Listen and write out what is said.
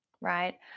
right